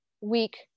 week